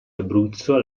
abruzzo